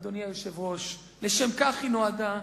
אדוני היושב-ראש, לכך היא נועדה.